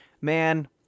Man